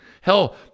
hell